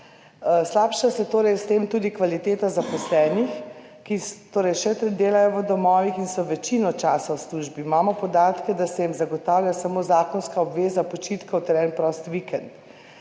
S tem se torej slabša tudi kvaliteta zaposlenih, ki še delajo v domovih in so večino časa v službi. Imamo podatke, da se jim zagotavlja samo zakonska obveza počitkov ter en prost vikend,